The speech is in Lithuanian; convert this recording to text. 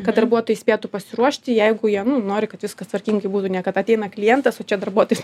kad darbuotojai spėtų pasiruošti jeigu jie nu nori kad viskas tvarkingai būtų ne kad ateina klientas o čia darbuotojas